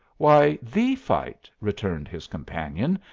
why, the fight, returned his companion,